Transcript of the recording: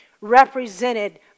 represented